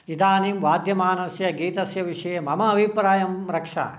इदानीं वाद्यमानस्य गीतस्य विषये मम अबिप्रायं रक्ष